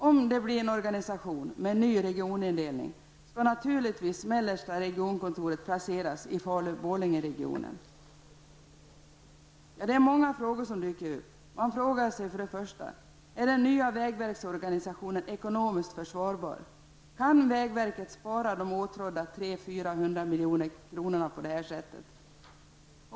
Om det blir en organisation med ny regionindelning skall naturligtvis mellersta regionkontoret placeras i Falun--Borlängeregionen. Flera frågor dyker upp. Man frågar -- för det första: 400 miljonerna på detta sätt?